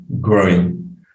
growing